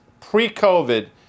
pre-COVID